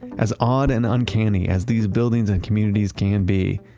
as odd and uncanny as these buildings and communities can be,